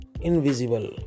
invisible